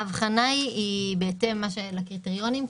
ההבחנה היא בהתאם לקריטריונים,